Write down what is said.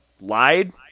lied